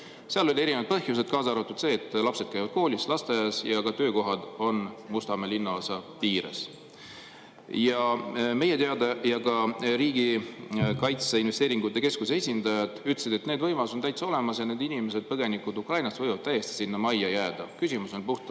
Seal olid erinevad põhjused, kaasa arvatud see, et lapsed käivad koolis, lasteaias ja ka töökohad on Mustamäe linnaosa piires. Meie teada olid ja ka Riigi Kaitseinvesteeringute Keskuse esindajad ütlesid, et need võimalused on täitsa olemas ja need inimesed, põgenikud Ukrainast, võivad täiesti sinna majja jääda. Küsimus on puhtalt